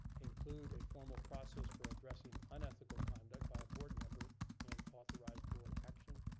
include a formal process for addressing unethical conduct by a board member and authorize board action.